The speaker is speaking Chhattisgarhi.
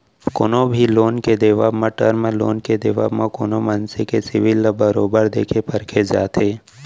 कोनो भी लोन के देवब म, टर्म लोन के देवब म कोनो मनसे के सिविल ल बरोबर देखे परखे जाथे